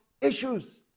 issues